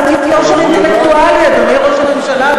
קצת יושר אינטלקטואלי, אדוני ראש הממשלה.